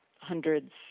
hundreds